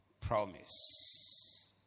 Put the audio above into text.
promise